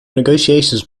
negotiations